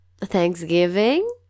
Thanksgiving